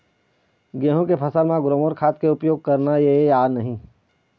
गेहूं के फसल म ग्रोमर खाद के उपयोग करना ये या नहीं?